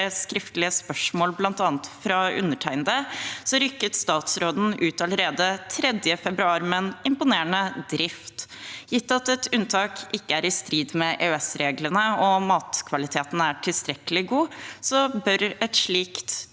skriftlige spørsmål, bl.a. fra undertegnede, rykket statsråden allerede 3. februar ut med en imponerende drift. Gitt at et unntak ikke er i strid med EØS-reglene, og om matkvaliteten er tilstrekkelig god, bør et